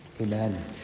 Amen